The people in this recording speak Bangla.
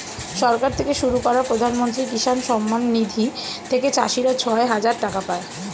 সরকার থেকে শুরু করা প্রধানমন্ত্রী কিষান সম্মান নিধি থেকে চাষীরা ছয় হাজার টাকা পায়